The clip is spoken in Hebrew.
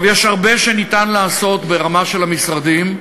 יש הרבה שניתן לעשות ברמה של המשרדים,